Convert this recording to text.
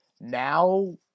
Now